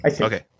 Okay